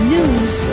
News